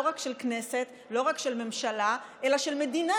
רק של כנסת ולא רק של ממשלה אלא של מדינה.